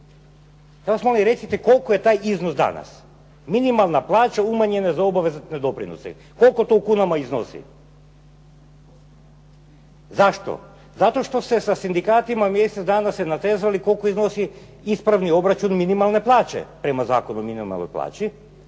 vas ja molim recite koliki je to iznos danas? Minimalna plaća umanjena za obvezne doprinose. Koliko to u kunama iznosi? Zašto? Zato što se sa sindikatima mjesec dana se natezali koliko iznosi ispravni obračun minimalne plaće prema Zakonu o minimalnoj plaći.